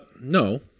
no